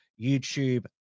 YouTube